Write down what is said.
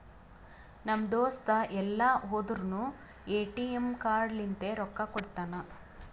ನಮ್ ದೋಸ್ತ ಎಲ್ ಹೋದುರ್ನು ಎ.ಟಿ.ಎಮ್ ಕಾರ್ಡ್ ಲಿಂತೆ ರೊಕ್ಕಾ ಕೊಡ್ತಾನ್